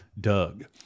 Doug